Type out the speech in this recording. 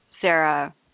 Sarah